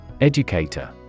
Educator